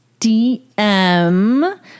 DM